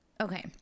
Okay